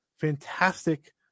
fantastic